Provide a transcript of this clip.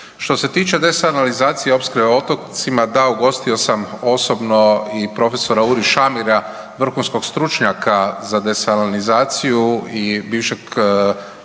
Što se tiče desanalizacije, opskrbe otocima, da ugostio sam osobno i prof. Uri Shamir, vrhunskog stručnjaka za desalinizaciju i bivšeg predsjednika